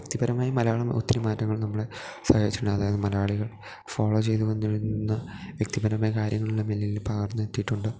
വ്യക്തിപരമായി മലയാളം ഒത്തിരി മാറ്റങ്ങൾ നമ്മളെ സഹായിച്ചിട്ടൊണ്ട് അതായത് മലയാളികൾ ഫോളോ ചെയ്തു വന്നിരുന്ന വ്യക്തിപരമായ കാര്യങ്ങളുമെന്നിൽ പകർന്നെത്തിയിട്ടുണ്ട്